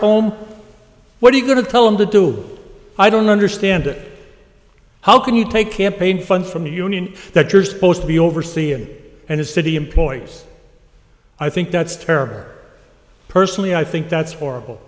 home what are you going to tell him to do i don't understand it how can you take campaign funds from the union that you're supposed to be overseeing and his city employees i think that's terrible personally i think that's horrible